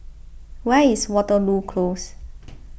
where is Waterloo Close